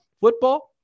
football